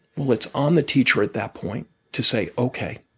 well, it's on the teacher at that point to say, ok.